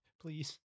please